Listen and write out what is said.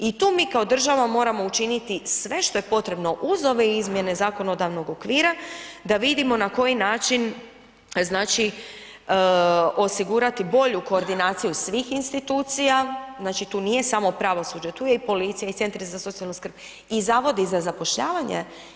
I tu mi kao država moramo učiniti sve što je potrebno uz ove izmjene zakonodavnog okvira da vidimo na koji način znači osigurati bolju koordinaciju svih institucija, znači tu nije samo pravosuđe, tu je i policija i centri za socijalnu skrb i zavodi za zapošljavanje.